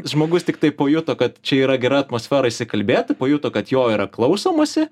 žmogus tiktai pajuto kad čia yra gera atmosfera išsikalbėti pajuto kad jo yra klausomasi